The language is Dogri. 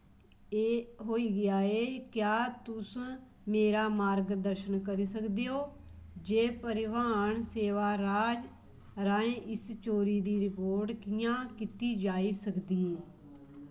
होई गेआ ऐ क्या तुस मेरा मार्गदर्शन करी सकदे ओ जे परिवहन सेवा राहें इस चोरी दी रिपोर्ट कि'यां कीती जाई सकदी ऐ